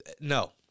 no